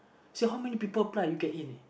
say how many apply you get in leh